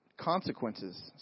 consequences